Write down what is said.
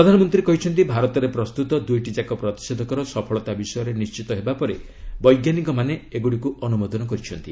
ପ୍ରଧାନମନ୍ତ୍ରୀ କହିଛନ୍ତି ଭାରତରେ ପ୍ରସ୍ତୁତ ଦୁଇଟିଯାକ ପ୍ରତିଷେଧକର ସଫଳତା ବିଷୟରେ ନିର୍ଣ୍ଣିତ ହେବା ପରେ ବୈଜ୍ଞାନିକମାନେ ଏଗୁଡ଼ିକୁ ଅନୁମୋଦନ କରିଛନ୍ତି